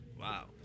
Wow